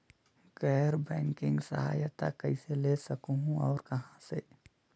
गैर बैंकिंग सहायता कइसे ले सकहुं और कहाँ से?